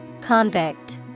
Convict